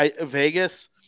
Vegas